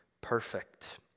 perfect